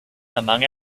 among